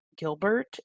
gilbert